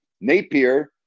Napier